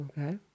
Okay